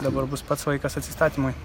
dabar bus pats laikas atsistatymui